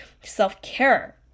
self-care